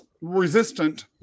resistant